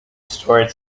storage